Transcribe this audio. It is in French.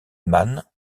man